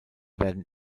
werden